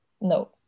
no